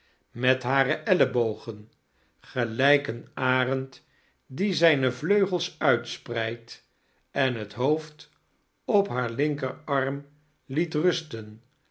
met hare ellebogen gelijk een arend die zijne vleugels uitispreidt en het hoofd op haar linkerarm liet rusten